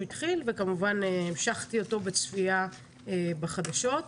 התחיל וכמובן המשכתי אותו בצפייה בחדשות.